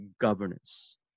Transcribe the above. governance